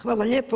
Hvala lijepa.